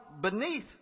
beneath